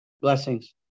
blessings